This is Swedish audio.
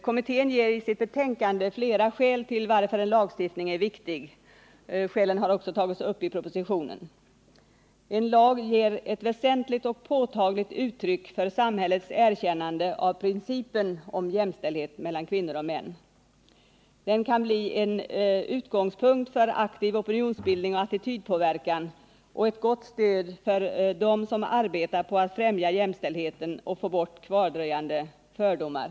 Kommittén ger i sitt betänkande flera skäl till att en lagstiftning är viktig. Dessa skäl har också återgivits i propositionen: 1. En lag ger ett väsentligt och påtagligt uttryck för samhällets erkännande av principen om jämställdhet mellan kvinnor och män. 2. Den kan bli en utgångspunkt för aktiv opinionsbildning och attitydpåverkan och ett gott stöd för dem som arbetar på att främja jämställdheten och få bort kvardröjande könsfördomar.